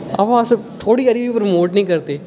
अवा अस थोड़ी हारी बी प्रमोट नेईं करदे